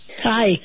Hi